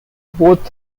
both